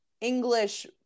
English